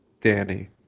Danny